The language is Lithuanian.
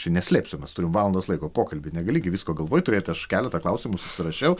čia neslėpsiu mes turim valandos laiko pokalbį negali gi visko galvoj turėti aš keletą klausimų susirašiau